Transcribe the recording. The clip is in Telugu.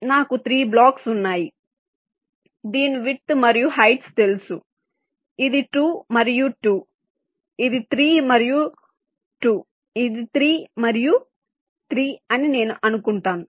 కాబట్టి నాకు 3 బ్లాక్స్ ఉన్నాయి దీని విడ్త్ మరియు హైట్స్ తెలుసు ఇది 2 మరియు 2 ఇది 3 మరియు 2 ఇది 3 మరియు 3 అని అనుకుందాం